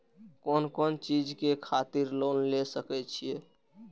कोन कोन चीज के खातिर लोन ले सके छिए?